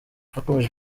hakomeje